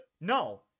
no